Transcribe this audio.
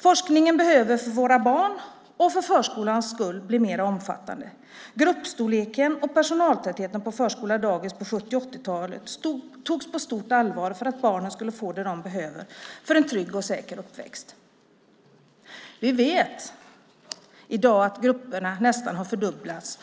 Forskningen behöver för våra barns och för förskolans skull bli mer omfattande. Gruppstorleken och personaltätheten på förskola och dagis på 1970 och 1980-talen togs på stort allvar för att barnen skulle få det som de behövde för en trygg och säker uppväxt. Vi vet i dag att barngrupperna nästan har fördubblats